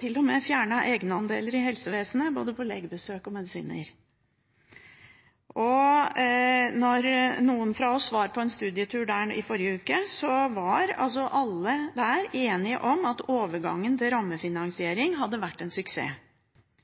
til og med også fjernet egenandeler i helsevesenet, både på legebesøk og medisiner. Noen fra oss var på en studietur der i forrige uke. Alle der var da enige om at overgangen til rammefinansiering hadde vært en suksess,